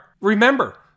remember